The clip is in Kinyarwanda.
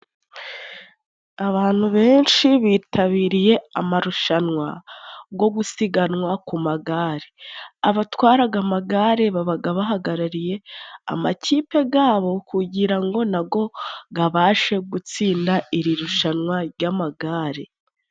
Abantu benshi bitabiriye amarushanwa go gusiganwa ku magare, abatwaraga amagare babaga bahagarariye amakipe gabo kugira ngo na go gabashe gutsinda iri rushanwa ry'amagare.